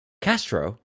castro